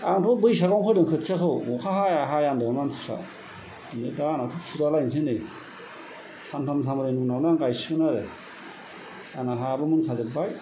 आंथ' बैसागावनो फोदों खोथियाखौ अखा हाया हाया होनो मानसिफ्रा नै दा आंनाथ' फुजालायनोसै नै सानथाम सानब्रै उनावनो आं गायसिगोन आरो आंना हाबो मोनखाजोबबाय